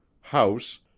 house